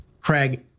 Craig